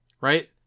right